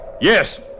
Yes